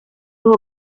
sus